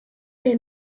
est